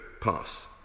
pass